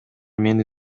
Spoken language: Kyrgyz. мени